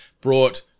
brought